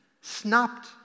snapped